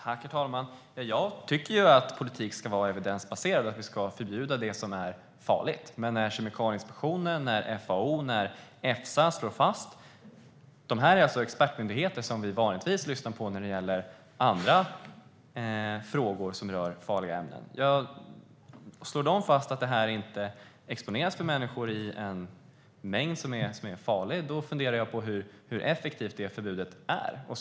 Herr talman! Jag tycker ju att politik ska vara evidensbaserad och att vi ska förbjuda det som är farligt. Men Kemikalieinspektionen, FAO och Efsa - expertmyndigheter som vi vanligtvis lyssnar på när det gäller andra frågor som rör farliga ämnen - slår fast att människor inte exponeras för detta i farlig mängd, och jag funderar då på hur effektivt det förbudet skulle vara.